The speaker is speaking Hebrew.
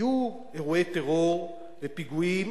היו אירועי טרור ופיגועים,